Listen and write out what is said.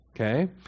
okay